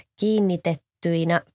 kiinnitettyinä